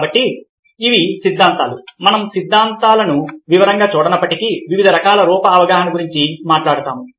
కాబట్టి ఇవి సిద్ధాంతాలు మనం సిద్ధాంతాలను వివరంగా చూడనప్పటికీ వివిధ రకాలైన రూప అవగాహన గురించి మాట్లాడతాము